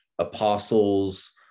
Apostles